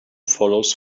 follows